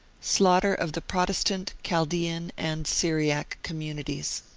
slaughter of the protestant, chaldean and syriac communities.